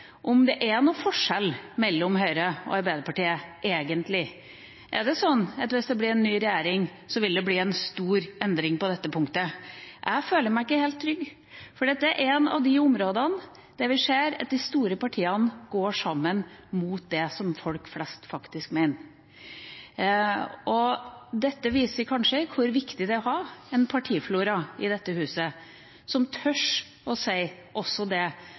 om det egentlig er noen forskjell mellom Høyre og Arbeiderpartiet. Er det sånn at hvis det blir en ny regjering, så vil det bli en stor endring på dette punktet? Jeg føler meg ikke helt trygg, for det er ett av de områdene der vi ser at de store partiene går sammen mot det folk flest faktisk mener. Dette viser kanskje hvor viktig det er å ha en partiflora i dette huset, som tør å si også det